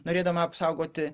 norėdama apsaugoti